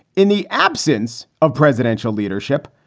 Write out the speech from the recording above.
in the absence of presidential leadership,